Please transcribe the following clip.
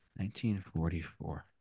1944